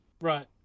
Right